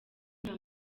nta